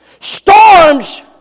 Storms